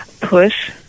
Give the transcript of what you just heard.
push